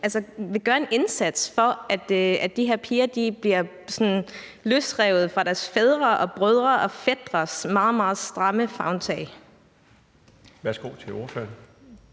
vil gøre en indsats for, at de her piger sådan bliver løsrevet fra deres fædres, brødres og fætres meget, meget stramme favntag.